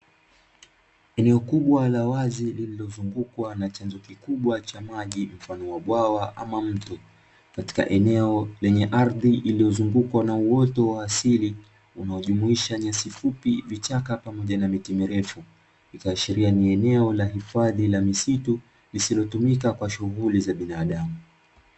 Eneo kubwa la wazi lililozungukwa na chazo kikubwa cha maji mfano wa bwawa ama mto, katika eneo lenye ardhi iliyo zungukwa na uoto wa asili unaojumuisha: nyasi fupi, vichaka, pamoja na miti mirefu. Ikiashiria ni eneo la hifadhi la misitu lisilotumika kwa shughuli za binadamu.